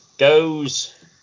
Goes